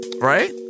right